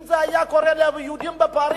אם זה היה קורה ליהודים בפריס,